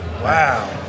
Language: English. wow